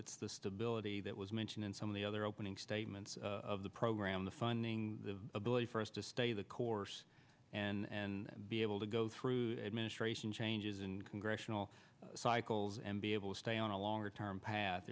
it's the stability that was mentioned in some of the other opening statements of the program the funding ability for us to stay the course and be able to go through the administration changes in congressional cycles and be able to stay on a longer term pa